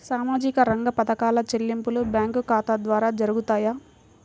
సామాజిక రంగ పథకాల చెల్లింపులు బ్యాంకు ఖాతా ద్వార జరుగుతాయా?